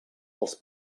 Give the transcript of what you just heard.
els